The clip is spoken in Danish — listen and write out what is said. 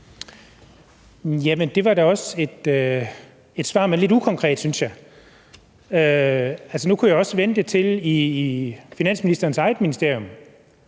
det var da også et svar, men det var lidt ukonkret, synes jeg. Nu kunne jeg også vende mig mod finansministerens eget ministerium: